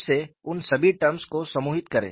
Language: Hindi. उस से उन सभी टर्म्स को समूहित करें